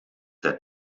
der